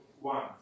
one